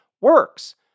works